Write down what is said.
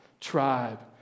tribe